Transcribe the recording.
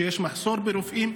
שיש מחסור ברופאים,